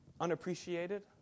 unappreciated